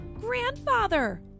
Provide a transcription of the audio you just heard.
Grandfather